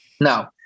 No